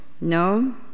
No